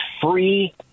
free